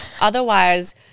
otherwise